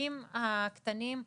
העסקים הקטנים,